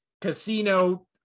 Casino